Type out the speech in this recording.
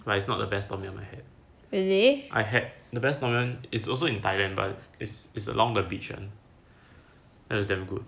but it's not the best tom yum I've had I had the best tom yum it's also in thailand but it's it's along the beach [one] and it's damn good